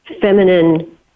feminine